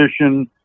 position